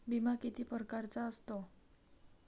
बिमा किती परकारचा असतो?